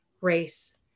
race